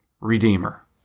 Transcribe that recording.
redeemer